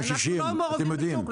אבל אנחנו לא מעורבים בשוק,